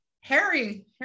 Harry